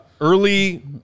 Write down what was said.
Early